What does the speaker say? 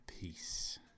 peace